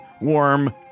warm